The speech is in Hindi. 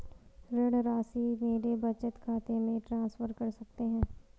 ऋण राशि मेरे बचत खाते में ट्रांसफर कर सकते हैं?